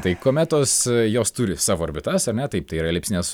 tai kometos jos turi savo orbitas ar ne taip tai yra elipsinės